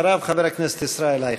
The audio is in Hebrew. אחריו, חבר הכנסת ישראל אייכלר.